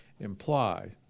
imply